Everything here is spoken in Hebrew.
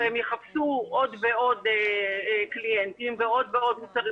הרי הם יחפשו עוד ועוד קליינטים ועוד ועוד מוצרים